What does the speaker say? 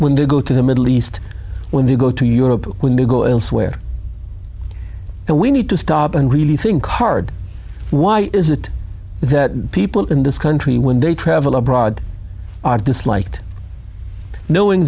when they go to the middle east when they go to europe when they go elsewhere and we need to stop and really think hard why is it that people in this country when they travel abroad i've disliked knowing